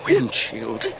Windshield